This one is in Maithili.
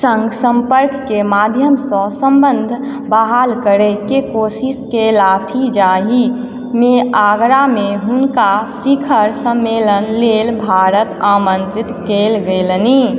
सँ सम्पर्कके माध्यमसँ सम्बन्ध बहाल करैके कोशिश केलथि जाहिमे आगरामे हुनका शिखर सम्मेलन लेल भारत आमन्त्रित कयल गेलनि